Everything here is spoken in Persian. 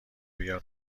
بیار